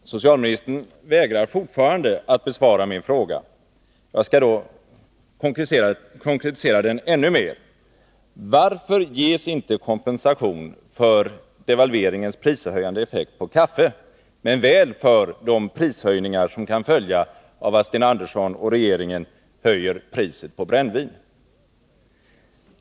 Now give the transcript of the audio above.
Herr talman! Socialministern vägrar fortfarande att besvara min fråga. Jag skall då konkretisera den ännu mer: Varför ges inte kompensation för devalveringens prishöjande effekt på kaffe men väl för de prishöjningar som kan följa av att Sten Andersson och regeringen höjer priset på brännvin?